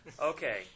Okay